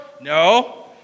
no